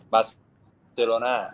Barcelona